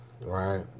right